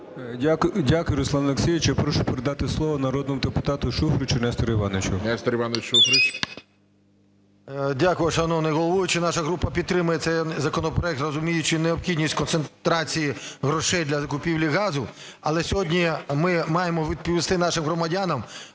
Дякую, Руслан Олексійович. Я прошу передати слово народному депутату Шуфричу Нестору Івановичу.